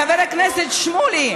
חבר הכנסת שמולי,